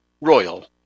Royal